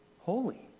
Holy